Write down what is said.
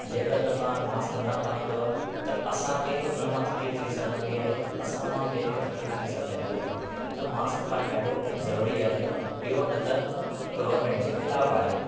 जेकर अगरि तव्हां मास्क न पाईंदव त असांखे उन मां तकलीफ़ थी सघंदी आहे असां मां ॿिए खे तकलीफ़ थी सघंदी आहे त मास्क पाइणु ॾाढो ज़रूरी आहे इहो न त गवरमेंट जे ख़िलाफ़ आहे